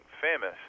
famous